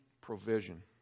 provision